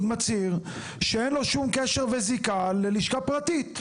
מצהיר שאין לו שום קשר וזיקה ללשכה פרטית?